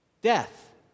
death